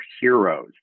heroes